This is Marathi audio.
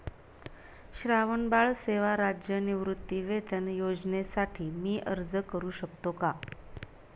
श्रावणबाळ सेवा राज्य निवृत्तीवेतन योजनेसाठी मी अर्ज करू शकतो का?